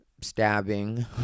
stabbing